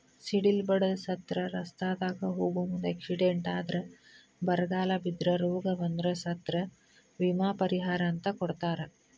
ಸಿಡಿಲ ಬಡದ ಸತ್ರ ರಸ್ತಾದಾಗ ಹೋಗು ಮುಂದ ಎಕ್ಸಿಡೆಂಟ್ ಆದ್ರ ಬರಗಾಲ ಬಿದ್ರ ರೋಗ ಬಂದ್ರ ಸತ್ರ ವಿಮಾ ಪರಿಹಾರ ಅಂತ ಕೊಡತಾರ